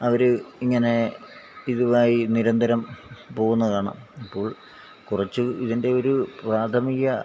അവര് ഇങ്ങനെ ഇതുമായി നിരന്തരം പോകുന്നത് കാണാം അപ്പോൾ കുറച്ച് ഇതിന്റെ ഒരു പ്രാഥമിക